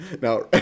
Now